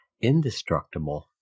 indestructible